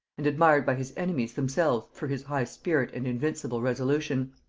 and admired by his enemies themselves for his high spirit and invincible resolution.